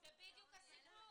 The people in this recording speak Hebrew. זה בדיוק הסיפור.